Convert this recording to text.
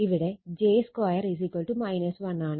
ഇവിടെ j 2 1 ആണ്